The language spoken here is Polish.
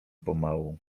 pomału